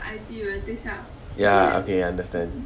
okay understand